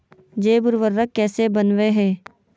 जैव उर्वरक कैसे वनवय हैय?